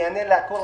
אני אענה לכל,